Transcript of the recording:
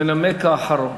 המנמק האחרון.